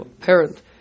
parent